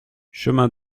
chemin